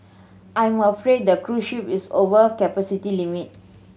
I'm afraid the cruise ship is over capacity limit